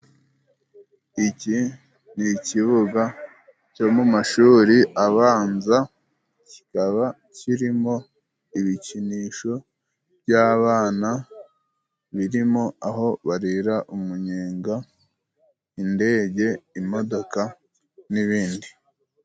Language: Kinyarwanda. Iki ni ikibuga cyo mu mashuri abanza, kikaba kirimo ibikinisho by'abana birimo aho barira umunyenga, indege imodoka n'ibindi.